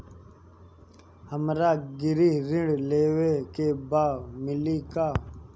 हमरा गृह ऋण लेवे के बा मिली का?